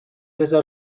بزار